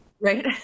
right